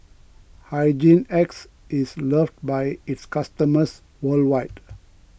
Hygin X is loved by its customers worldwide